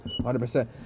100%